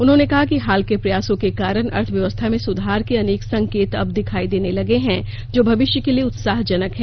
उन्होंने कहा कि हाल के प्रयासों के कारण अर्थव्यवस्था में सुधार के अनेक संकेत अब दिखाई देने लगे हैं जो मविष्य के लिए उत्साहजनक हैं